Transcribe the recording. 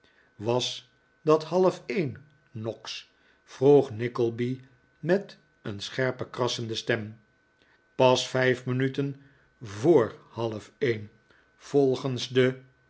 was dat half een noggs vroeg nickleby met een scherpe krassende stem pas vijf minuten voor half een volgens de